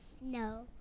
No